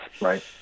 right